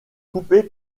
coupée